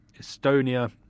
estonia